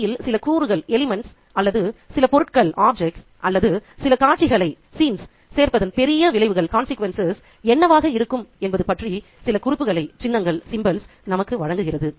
கதையில் சில கூறுகள் அல்லது சில பொருள்கள் அல்லது சில காட்சிகளைச் சேர்ப்பதன் பெரிய விளைவுகள் என்னவாக இருக்கும் என்பது பற்றி சில குறிப்புகளை சின்னங்கள் நமக்கு வழங்குகிறது